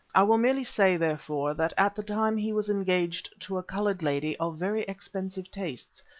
i will merely say, therefore, that at the time he was engaged to a coloured lady of very expensive tastes,